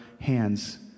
hands